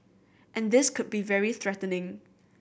and this could be very threatening